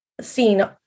seen